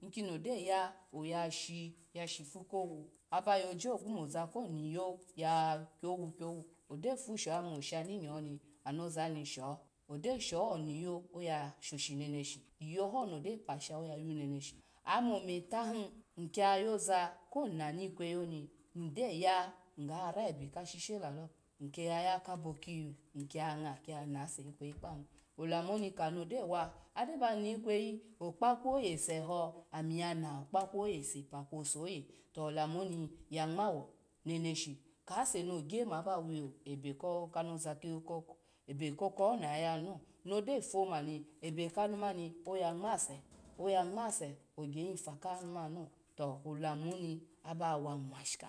Koni ogyo ya oyashi ya shipu kowu abayo se moza koniyo yokowe kwwu, ogyo vasho ome oshaninyoni anozani sho nlyoho ovashoshi neneshi oyoho yi kpasho oyoshoneneshi ome ome tahi nyya yoza koni kweyi oni kiyogara ebe ka shi shelalo ny keyaya kabo kiyinu inya ke ya ngon yanase kpanu otanu honi kono wa agyo lo ba mikweyi okpaku oye se eho am ya na okpaku oye sepa kwo oye to olamuhoni ya nw ngowu neneshi kaseno gya ma ba webe kokoho lo aba pwo mo oya ngase to lamuho ni abawa nwshika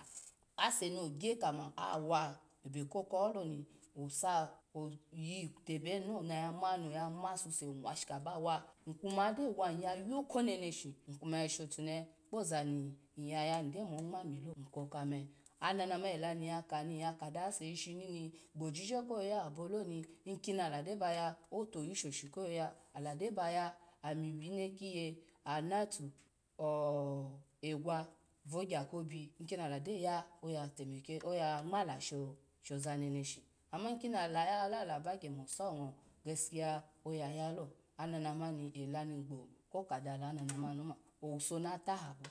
ase no gyo maba webe kokoloni vivitagya oya masuse nwashika bawa nykuma yayo ko neneshi ny kuma yashotunehe kpo zani nya yan, nygyo mu nwe milo nysho kakame ananama hy kiya kadawa seni gbojije koya abo loni otuyu shoshi ko yoya in koni la gyo ya wine kiye hanatu ho egwa vagya kobi kino la gyoya ouatemeke oya nwlasho zanesho ama kim ala ya lalo abagya maso ngo seakiya oyayalo ananamani alani gbo kokada la ana namam oma owuso natahabo.